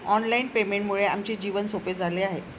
online पेमेंटमुळे आमचे जीवन सोपे झाले आहे